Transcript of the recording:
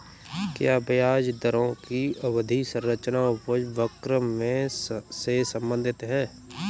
क्या ब्याज दरों की अवधि संरचना उपज वक्र से संबंधित है?